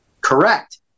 Correct